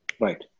Right